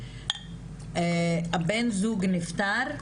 ככה, הבן זוג נפטר,